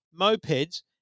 mopeds